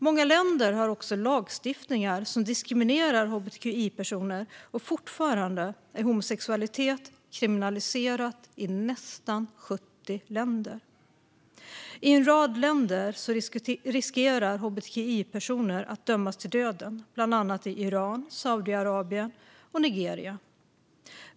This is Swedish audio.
Många länder har också lagstiftningar som diskriminerar hbtqi-personer, och fortfarande är homosexualitet kriminaliserat i nästan 70 länder. I en rad länder riskerar hbtqi-personer att dömas till döden, bland annat i Iran, Saudiarabien och Nigeria.